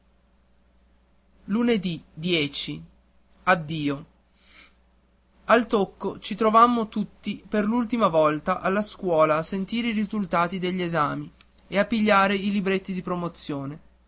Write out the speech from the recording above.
lunedì al tocco ci ritrovammo tutti per l'ultima volta alla scuola a sentire i risultati degli esami e a pigliare i libretti di promozione